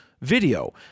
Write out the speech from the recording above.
video